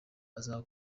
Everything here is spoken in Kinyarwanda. aza